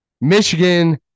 Michigan